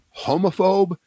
homophobe